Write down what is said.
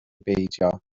beidio